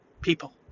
people